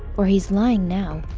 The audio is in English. or he is lying now,